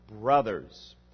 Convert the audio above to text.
brothers